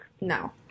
No